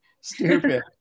stupid